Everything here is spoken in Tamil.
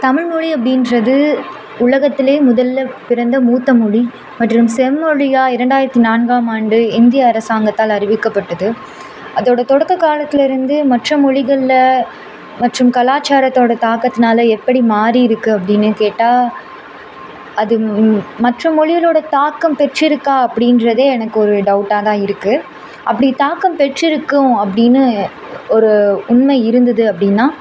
தமிழ்மொழி அப்டின்றது உலகத்தில் முதலில் பிறந்த மூத்த மொழி மற்றும் செம்மொழியாக இரண்டாயிரத்தி நான்காம் ஆண்டு இந்திய அரசாங்கத்தால் அறிவிக்கப்பட்டது அதோடய தொடக்கக்காலத்தில் இருந்தே மற்ற மொலிகளில் மற்றும் கலாச்சாரத்தோடய தாக்கத்தினால எப்படி மாறிருக்கு அப்படின்னு கேட்டா அது மற்ற மொழிகளோட தாக்கம் பெற்றிருக்கா அப்படின்றதே எனக்கு ஒரு டவுட்டாக தான் இருக்குது அப்படி தாக்கம் பெற்றிருக்கும் அப்படின்னு ஒரு உண்மை இருந்தது அப்படின்னா